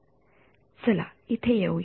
slide वेळ १००२ पहा चला इथे येऊ या